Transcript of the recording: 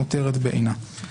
נותרת בעינה.